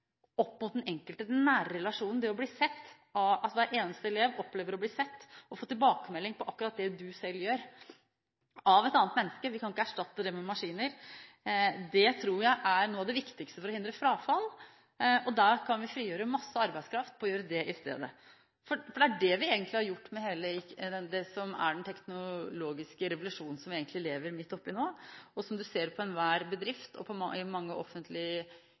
opp mot den enkelte, den nære relasjonen, det å bli sett, altså at hver eneste elev opplever å bli sett og få tilbakemelding på akkurat det du selv gjør, av et annet menneske. Vi kan ikke erstatte det med maskiner. Det tror jeg er noe av det viktigste for å hindre frafall, og vi kan frigjøre masse arbeidskraft ved å gjøre det i stedet. For det er det vi egentlig har gjort med den teknologiske revolusjonen som vi lever midt oppe i nå, og som man ser i enhver bedrift og i mange offentlige